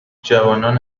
جوانان